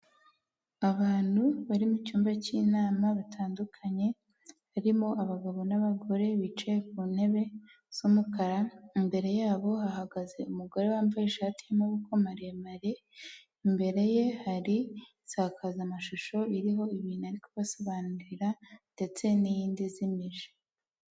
Abantu bari mu cyumba cy'inama, batandukanye, harimo abagabo, n'abagore, bicaye ku ntebe z'umukara, imbere yabo hahagaze umugore wambaye ishati y'amaboko maremare, imbere ye hari insakazamashusho iriho ibintu ari kubasobanurira, ndetse n'iyindi izimije.